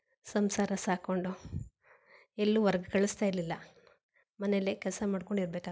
ಸಂಸಾರ ಸಾಕ್ಕೊಂಡು ಎಲ್ಲೂ ಹೊರ್ಗೆ ಕಳಿಸ್ತಾ ಇರಲಿಲ್ಲ ಮನೇಲೆ ಕೆಲಸ ಮಾಡ್ಕೊಂಡು ಇರಬೇಕಾಗಿತ್ತು